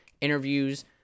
interviews